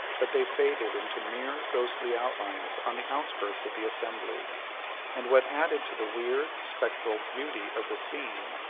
but they faded into mere ghostly outlines on the outskirts of the assembly and what added to the weird, spectral beauty of the scene,